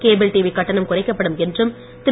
cable TV கட்டணம் குறைக்கப்படும் என்றும் திரு